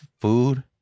food